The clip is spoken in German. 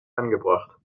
angebracht